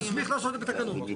נסמיך את השר לתקנות.